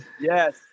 Yes